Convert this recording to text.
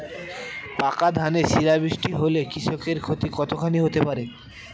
পাকা ধানে শিলা বৃষ্টি হলে কৃষকের ক্ষতি কতখানি হতে পারে?